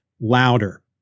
louder